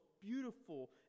beautiful